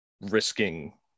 risking